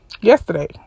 yesterday